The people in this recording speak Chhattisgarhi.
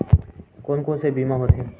कोन कोन से बीमा होथे?